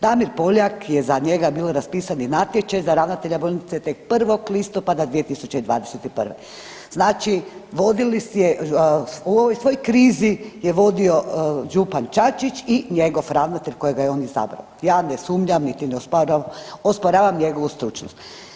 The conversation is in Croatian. Damir Poljak, je za njega bio raspisani natječaj, za ravnatelja bolnice tek 1. listopada 2021., znači vodili je u ovoj svoj krizi je vodio župan Čačić i njegov ravnatelj kojega je on izabrao, ja ne sumnjam niti ne osporavam njegovu stručnost.